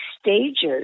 stages